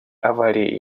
аварии